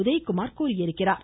உதயகுமார் தெரிவித்துள்ளார்